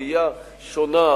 ראייה שונה,